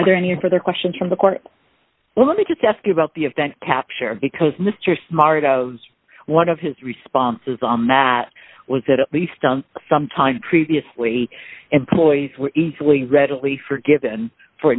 are there any further questions from the court well let me just ask you about the event capture because mr smart of one of his responses on that was that at least on some time previously employees were easily readily forgiven for